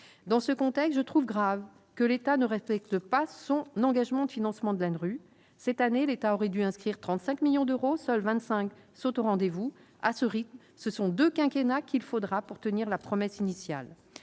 dans ce contexte, je trouve grave que l'État ne respecte pas son engagement de financement de l'ANRU cette année l'État aurait dû inscrire 35 millions d'euros, seuls 25 sont au rendez-vous, à ce rythme, ce sont 2 quinquennats qu'il faudra pour tenir la promesse initiale,